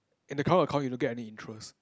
in the current account you don't get any interest